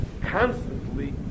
constantly